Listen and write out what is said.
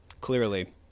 clearly